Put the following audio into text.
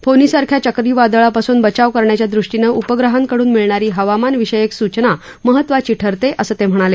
फानी सारख्या चक्रीवादळापासून बचाव करण्याच्या दृष्टीनं उपग्रहांकडून मिळणारी हवामान विषयक सूचना महत्त्वाची ठरते असं ते म्हणाले